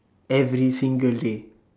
every single day